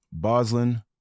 Boslin